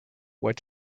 what